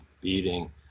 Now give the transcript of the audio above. beating